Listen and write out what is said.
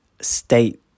state